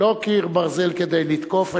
לא קיר ברזל כדי לתקוף,